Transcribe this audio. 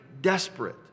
desperate